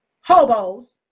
hobos